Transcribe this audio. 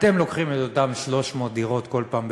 אתם לוקחים כל פעם את אותן 300 דירות בבית-אל?